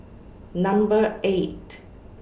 Number eight